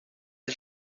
and